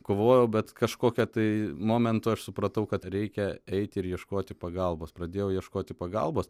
kovojau bet kažkokia tai momentu aš supratau kad reikia eiti ir ieškoti pagalbos pradėjau ieškoti pagalbos